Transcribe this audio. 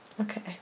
Okay